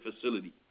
facility